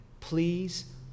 please